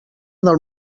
del